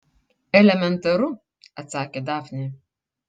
elementaru atsakė dafnė